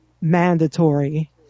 mandatory